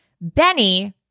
Benny